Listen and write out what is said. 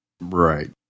Right